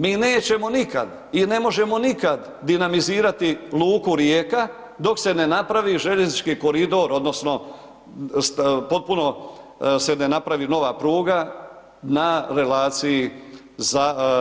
Mi nećemo nikad i ne možemo nikad dinamizirati luku Rijeka, dok se ne napravi željeznički koridor odnosno potpuno se ne napravi nova pruga na relaciji